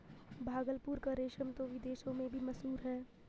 भागलपुर का रेशम तो विदेशों में भी मशहूर है